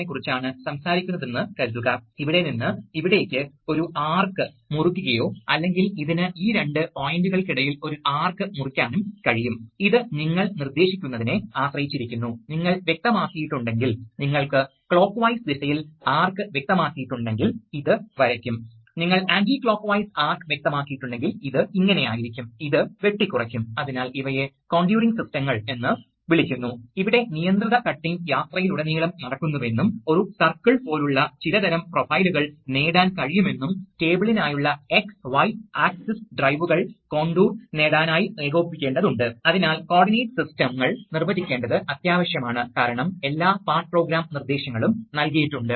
അതിനാൽ മിക്കപ്പോഴും ഞങ്ങൾക്ക് ഇലക്ട്രോ മെക്കാനിക്കൽ ആക്ചൂവേറ്റർറ്ററുകൾ ഉണ്ട് അടിസ്ഥാനപരമായി ഇത് ഒരു സ്ഥിരമായ കാന്തത്തിനും വൈദ്യുതകാന്തികത്തിനുമിടയിലുള്ള വൈദ്യുതകാന്തിക ആകർഷണത്തിലൂടെ പ്രവർത്തിക്കുന്നു അതിനാൽ നിങ്ങൾ ഡ്രൈവ് ചെയ്താൽ ചിലപ്പോൾ ഒരു വൈദ്യുതകാന്തികത്തിനും ഇരുമ്പ് സ്പൂളിനുമിടയിൽ രണ്ടും സാധ്യമാണ് അതിനാൽ വിവിധതരം ഉണ്ടാകാം ആക്ചൂവേറ്റർറ്ററുകൾ ആകാവുന്ന ജ്യാമിതികൾ റോട്ടറി അല്ലെങ്കിൽ ലീനിയർ സാധാരണയായി ആരംഭിക്കുന്ന ശക്തി സ്ട്രോക്ക് ദൈർഘ്യം അത് എത്രത്തോളം നീക്കാൻ കഴിയും നിലവിലെ ആവശ്യകതകൾ എന്നിവ സവിശേഷതകളിൽ ഉൾക്കൊള്ളുന്നു